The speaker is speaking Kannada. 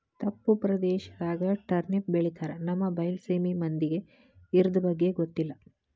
ತಪ್ಪು ಪ್ರದೇಶದಾಗ ಟರ್ನಿಪ್ ಬೆಳಿತಾರ ನಮ್ಮ ಬೈಲಸೇಮಿ ಮಂದಿಗೆ ಇರ್ದಬಗ್ಗೆ ಗೊತ್ತಿಲ್ಲ